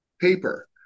paper